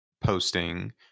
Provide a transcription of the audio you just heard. posting